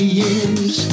years